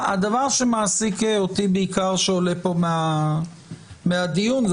הדבר שמעסיק אותי בעיקר, שעולה מהדיון פה,